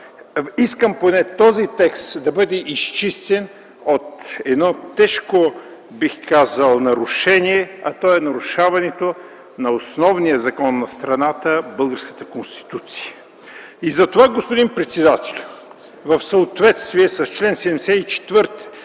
искам поне този текст да бъде изчистен от едно тежко, бих казал, нарушение, а то е нарушаването на основния закон на страната – българската Конституция. Господин председателю, в съответствие с чл. 74,